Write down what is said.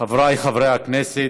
חברי חברי הכנסת,